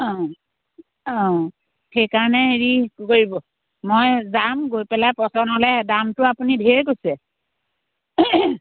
অঁ অঁ সেইকাৰণে হেৰি কৰিব মই যাম গৈ পেলাই পচন্দ হ'লে দামটো আপুনি ধেৰ কৈছে